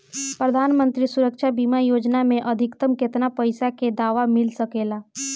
प्रधानमंत्री सुरक्षा बीमा योजना मे अधिक्तम केतना पइसा के दवा मिल सके ला?